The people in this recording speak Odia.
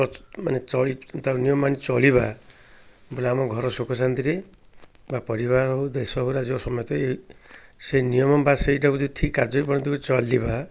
ମାନେ ଚଳି ତା ନିୟମ ମାନି ଚଳିବା ବୋଲେ ଆମ ଘର ସୁଖଶାନ୍ତିରେ ବା ପରିବାର ହେଉ ଦେଶ ହେଉ ରାଜ୍ୟର ସମସ୍ତେ ଏ ସେ ନିୟମ ବା ସେଇଟାକୁ ଯଦି ଠିକ୍ କାର୍ଯ୍ୟରେ ପରିଣତ କରି ଚଳିବା